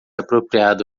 apropriado